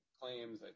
claims